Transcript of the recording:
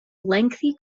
lengthy